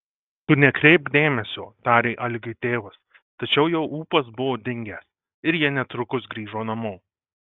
tu nekreipk dėmesio tarė algiui tėvas tačiau jo ūpas buvo dingęs ir jie netrukus grįžo namo